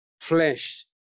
flesh